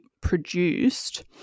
produced